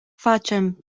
facem